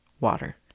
water